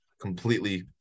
completely